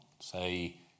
say